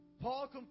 Paul